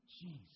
Jesus